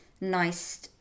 nice